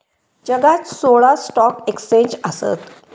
जगात सोळा stock exchange आसत